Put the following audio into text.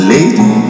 Lady